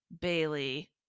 Bailey